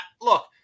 Look